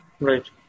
Right